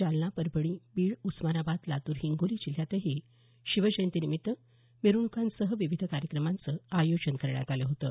जालना परभणी बीड उस्मानाबाद लातूर हिंगोली जिल्ह्यातही शिवजयंती निमित्त मिरवणुकांसह विविध कार्यक्रमांचं आयोजन करण्यात आलं होतं